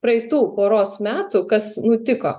praeitų poros metų kas nutiko